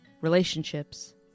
relationships